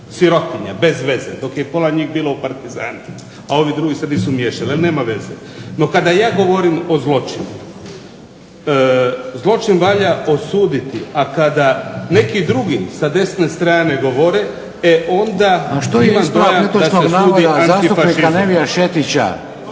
sirotinja, bez veze. Dok je pola njih bilo u partizanima, a ovi drugi se nisu miješali, no nema veze. No kada ja govorim o zločinu, zločin valja osuditi, a kada neki drugi sa desne strane govore, e onda ... **Šeks, Vladimir (HDZ)** A što je ispravak netočnog navoda zastupnika Nevia Šetića?